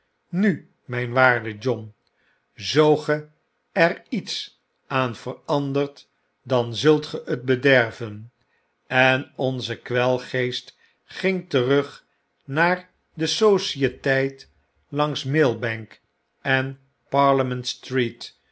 nu mgnwaarde john zoo ge er iets aan verandert dan zult ge het bedervenf en onze kwelgeest ging terugnaar de societeit langs millbank en parlement